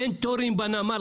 אין תורים בנמל,